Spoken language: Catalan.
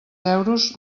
euros